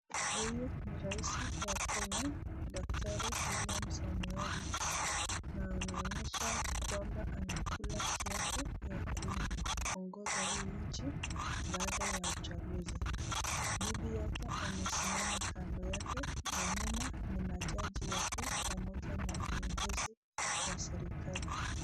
Huyu ni rais wa Kenya, daktari William Samoei Ruto, na naonyesha kwamba anakula kiapo ya kuongoza hii nchi, baada ya uchaguzi, bibi yake amesimama kando yake na nyuma ni majaji wakuu pamoja na viongozi wa serikali.